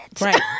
right